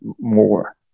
more